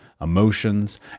emotions